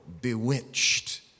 bewitched